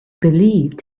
believed